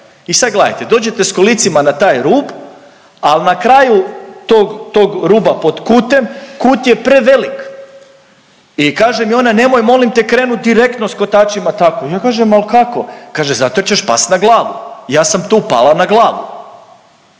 I sad gledajte, dođete sa kolicima na taj rub, ali na kraju tog ruba pod kutem, kut je prevelik. I kaže mi ona nemoj molim te krenut direktno sa kotačima tamo. Ali ja kažem kako? Kaže zato jer ćeš past na glavu, ja sam tu pala na glavu.